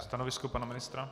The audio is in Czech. Stanovisko pana ministra?